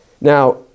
Now